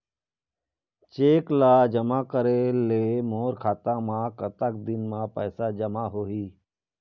Cheque ला जमा करे ले मोर खाता मा कतक दिन मा पैसा जमा होही?